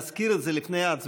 להזכיר את זה לפני ההצבעה,